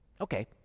okay